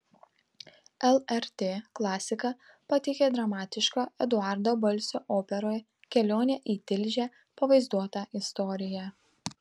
lrt klasika pateikė dramatišką eduardo balsio operoje kelionė į tilžę pavaizduotą istoriją